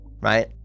right